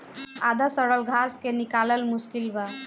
आधा सड़ल घास के निकालल मुश्किल बा